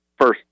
first